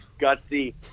gutsy